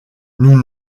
nous